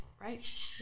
Right